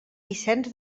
vicenç